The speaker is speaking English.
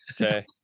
Okay